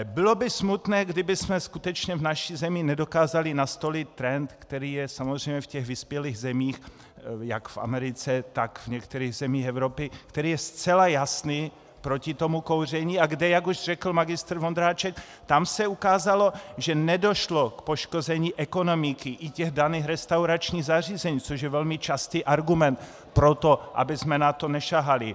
Bylo by smutné, kdybychom skutečně v naší zemi nedokázali nastolit trend, který je samozřejmě ve vyspělých zemích, jak v Americe, tak v některých zemích Evropy, který je zcela jasný proti tomu kouření, a kde se, jak už řekl magistr Vondráček, ukázalo, že nedošlo k poškození ekonomiky i těch daných restauračních zařízení, což je velmi častý argument pro to, abychom na to nesahali.